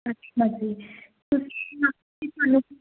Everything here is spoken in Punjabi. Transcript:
ਅੱਛਾ ਜੀ ਤੁਸੀਂ